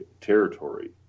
territory